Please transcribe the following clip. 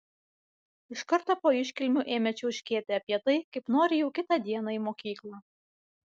iš karto po iškilmių ėmė čiauškėti apie tai kaip nori jau kitą dieną į mokyklą